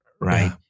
right